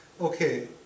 okay